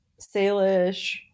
Salish